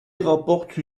rapporte